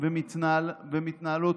שמתקיימות ומתנהלות,